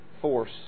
force